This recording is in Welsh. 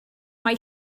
mai